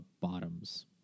bottoms